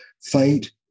fight